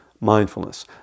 mindfulness